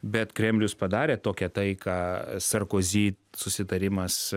bet kremlius padarė tokią taiką sarkozy susitarimas